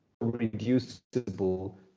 reducible